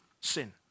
sin